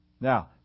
Now